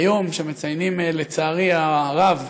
והיום מציינים, לצערי הרב,